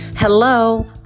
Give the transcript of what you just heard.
Hello